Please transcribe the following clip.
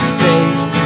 face